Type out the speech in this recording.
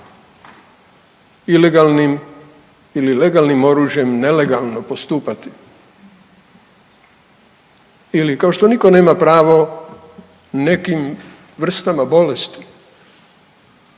ilegalnim ili legalnim oružjem nelegalno postupati ili kao što nitko nema pravo nekim vrstama bolesti